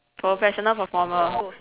professional performer